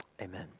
Amen